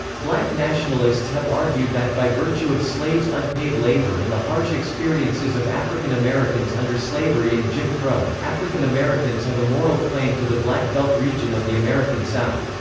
black nationalists have argued that, by virtue of slaves' unpaid labor and the harsh experiences of african americans under slavery and jim crow, african americans have a moral claim to the black belt region of the american south.